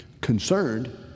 concerned